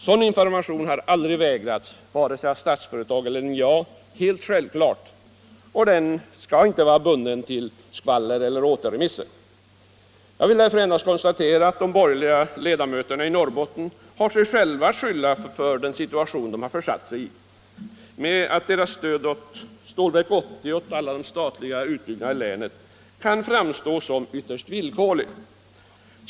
Sådan information har, helt självklart, aldrig vägrats av vare sig Statsföretag eller NJA, och den är inte bunden till skvaller eller återremisser. Jag vill därför endast konstatera att de borgerliga ledamöterna i Norrbotten har sig själva att skylla för den situation som de har försatt sig i genom att deras stöd för Stålverk 80 och de statliga företagens utbyggnad i länet framstår som villkorligt.